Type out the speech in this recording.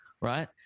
right